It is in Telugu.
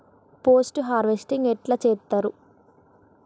పోస్ట్ హార్వెస్టింగ్ ఎట్ల చేత్తరు?